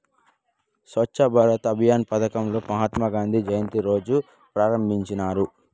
స్వచ్ఛ భారత్ అభియాన్ పదకం మహాత్మా గాంధీ జయంతి రోజా ప్రారంభించినారు